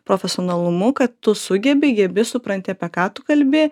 profesionalumu kad tu sugebi gebi supranti apie ką tu kalbi